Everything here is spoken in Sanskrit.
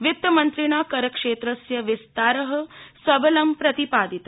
वितमन्त्रिणा करक्षेत्रस्य विस्तार सबलं प्रतिपादित